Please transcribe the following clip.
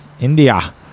india